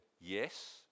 yes